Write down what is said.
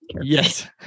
Yes